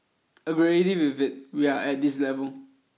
already with it we are at this level